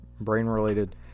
brain-related